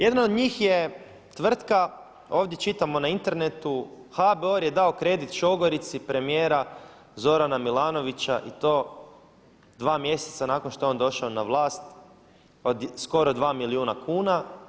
Jedan od njih je tvrtka, ovdje čitamo na internetu HBOR je dao kredit šogorici premijera Zorana Milanovića i to dva mjeseca nakon što je on došao na vlast od skoro dva milijuna kuna.